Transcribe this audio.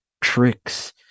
tricks